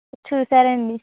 చూశారండి